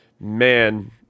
man